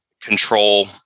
control